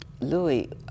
Louis